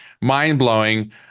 mind-blowing